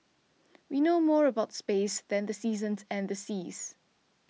we know more about space than the seasons and the seas